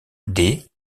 des